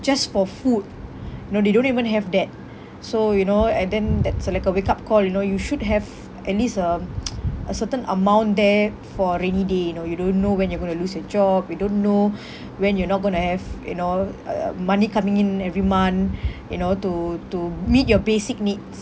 just for food you know they don't even have that so you know and then that's a like a wake up call you know you should have at least a a certain amount there for rainy day you know you don't know when you're going to lose your job you don't know when you're not going to have you know uh uh money coming in every month you know to to meet your basic needs